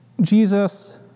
Jesus